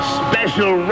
special